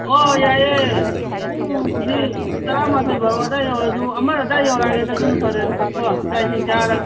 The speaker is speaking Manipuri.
ꯑꯣ ꯌꯥꯏꯌꯦ ꯄꯨꯡ ꯍꯧꯖꯤꯛ ꯇꯥꯔꯥ ꯃꯥꯊꯣꯛ ꯕꯥꯥꯔꯣ ꯑꯗꯥꯏ ꯌꯧꯔꯛꯂꯁꯨ ꯑꯃ ꯑꯗꯥꯏ ꯌꯧꯔꯛꯂꯒꯦꯗ ꯑꯗꯨꯅ ꯐꯔꯦꯗꯀꯣ ꯆꯥꯛ ꯏꯁꯤꯡ ꯆꯥꯔꯒ